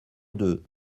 deux